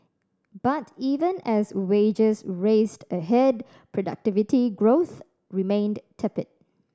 but even as wages raced ahead productivity growth remained tepid